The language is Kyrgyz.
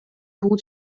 бул